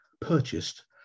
purchased